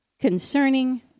concerning